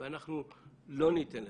אנחנו לא ניתן.